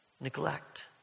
neglect